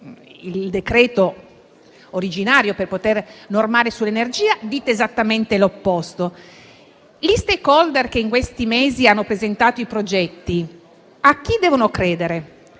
il provvedimento originario per normare la materia dell'energia - dite esattamente l'opposto. Gli *stakeholder* che in questi mesi hanno presentato i progetti a chi devono credere?